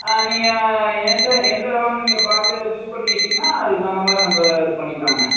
நீங்கள் எந்த எந்த இடோன்னு நீங்கள் பார்த்து சூஸ் பண்ணிட்டீங்கன்னால் அதுக்கு தகுந்த மாதிரி நம்ம இது பண்ணிக்கலாங்க